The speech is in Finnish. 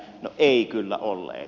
no eivät kyllä olleet